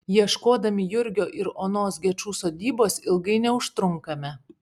ieškodami jurgio ir onos gečų sodybos ilgai neužtrunkame